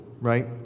right